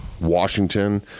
Washington